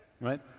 right